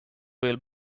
will